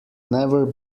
never